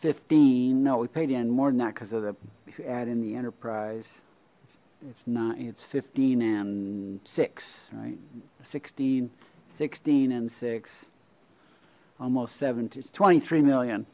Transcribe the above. fifteen no we paid in more because of the ad in the enterprise it's not it's fifteen and six right sixteen sixteen and six almost seventy it's twenty three million